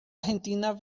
argentina